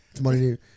money